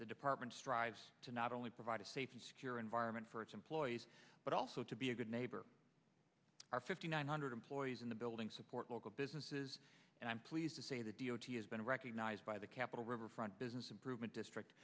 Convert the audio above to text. the department strives to not only provide a safe and secure environment for its employees but also to be a good neighbor our fifty nine hundred employees in the building support local businesses and i'm pleased to say the d o t has been recognized by the capitol riverfront business improvement district